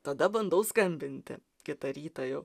tada bandau skambinti kitą rytą jau